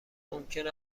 ممکن